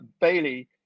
Bailey